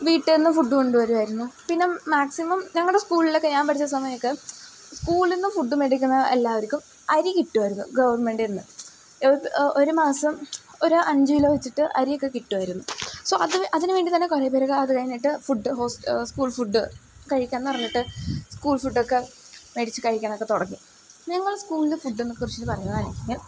വീട്ടിൽ നിന്ന് ഫുഡ് കൊണ്ടുവരുമായിരുന്നു പിന്നെ മാക്സിമം ഞങ്ങളുടെ സ്കൂളിലൊക്കെ ഞാൻ പഠിച്ച സമയമൊക്കെ സ്കൂളിൽ നിന്ന് ഫുഡ് മേടിക്കുന്ന എല്ലാവർക്കും അരി കിട്ടുമായിരുന്നു ഗവൺമെൻ്റിൽ നിന്ന് ഒരു മാസം ഒരു അഞ്ചു കിലോ വെച്ചിട്ട് അരിയൊക്കെ കിട്ടുമായിരുന്നു സോ അത് അതിനുവേണ്ടിതന്നെ കുറേ പേരൊക്കെ അതു കഴിഞ്ഞിട്ട് ഫുഡ് സ്കൂൾ ഫുഡ് കഴിക്കാമെന്നു പറഞ്ഞിട്ട് സ്കൂൾ ഫുഡൊക്കെ മേടിച്ച് കഴിക്കാനൊക്കെ തുടങ്ങി ഞങ്ങൾ സ്കൂളിൽ ഫുഡിനെക്കുറിച്ച് പറഞ്ഞാൽ എൻ്റെ